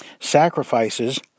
sacrifices